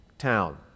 town